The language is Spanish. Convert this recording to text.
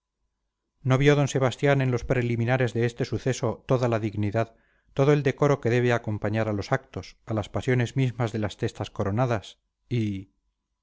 vio d sebastián en los preliminares de este suceso toda la dignidad todo el decoro que debe acompañar a los actos a las pasiones mismas de las testas coronadas y